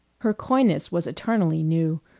her coyness was eternally new,